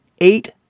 eight